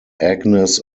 agnes